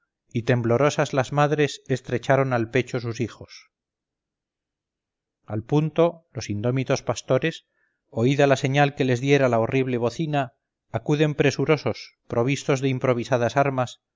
y temblorosas las madres estrecharon al pecho sus hijos al punto los indómitos pastores oída la señal que les diera la horrible bocina acuden presurosos provistos de improvisadas armas